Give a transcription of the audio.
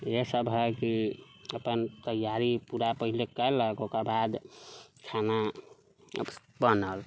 इएह सभ है कि अपन तैयारी पूरा पहले केलक ओकर बाद खाना बनल